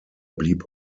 blieb